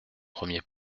premier